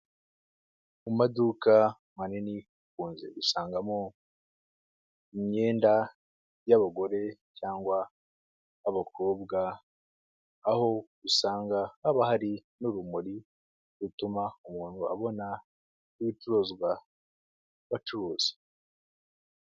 Mu maduka manini dukunze gusangamo imyenda y'abagore cyangwa' abakobwa, aho usanga haba hari n'urumuri rutuma umuntu abona ibicuruzwa bacuruza.